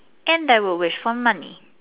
and I would wish for money